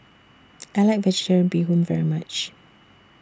I like Vegetarian Bee Hoon very much